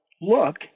look